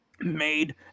made